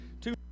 two